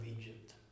Egypt